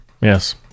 Yes